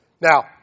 Now